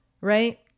right